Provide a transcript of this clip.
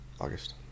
August